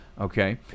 Okay